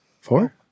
Four